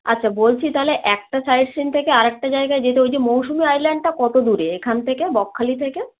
আচ্ছা বলছি তালে একটা সাইট সিন থেকে আরেকটা জায়গায় যেতে ওই যে মৌসুমী আইল্যান্ডটা কতো দূরে এখান থেকে বকখালি থেকে